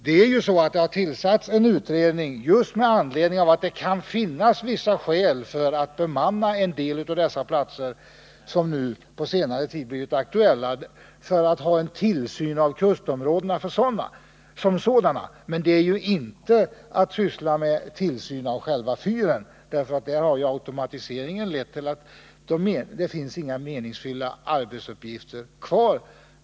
Det är ju så att det har tillsatts en utredning just med anledning av att det kan finnas vissa skäl för att bemanna en del av de platser som på senare tid har blivit aktuella för att man där skall få en tillsyn av kustområdena som sådana. Det handlar alltså inte om tillsyn av själva fyren, för när det gäller skötseln av fyren som sådan har ju automatiseringen medfört att det inte finns några meningsfulla arbetsuppgifter kvar.